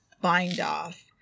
bind-off